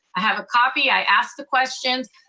i have a copy, i asked the questions,